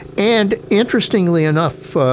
and interestingly enough,